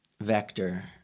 vector